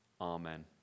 Amen